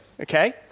Okay